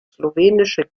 slowenische